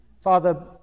Father